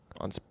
on